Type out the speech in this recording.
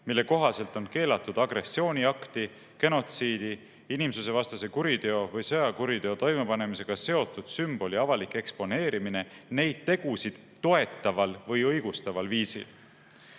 mille kohaselt on keelatud agressiooniakti, genotsiidi, inimsusevastase kuriteo või sõjakuriteo toimepanemisega seotud sümboli avalik eksponeerimine neid tegusid toetaval või õigustaval viisi.